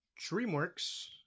DreamWorks